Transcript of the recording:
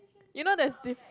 you know there's this